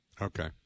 Okay